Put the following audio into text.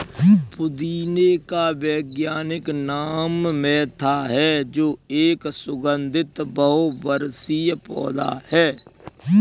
पुदीने का वैज्ञानिक नाम मेंथा है जो एक सुगन्धित बहुवर्षीय पौधा है